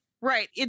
Right